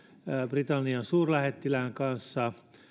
britannian suurlähettilään kanssa